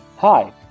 Hi